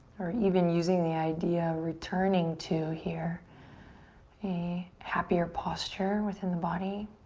or even using the idea, returning to here a happier posture within the body.